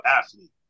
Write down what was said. athlete